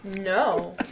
No